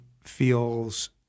feels